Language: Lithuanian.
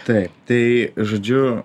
taip tai žodžiu